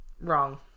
wrong